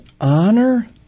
honor